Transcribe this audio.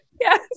yes